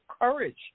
courage